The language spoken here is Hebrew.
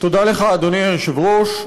תודה לך, אדוני היושב-ראש.